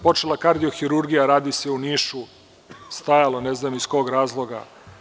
Počela kardiohirurgija, radi se u Nišu, stajalo ne znam iz kog razloga.